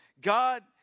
God